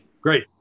Great